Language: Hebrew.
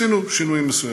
ועשינו שינויים מסוימים.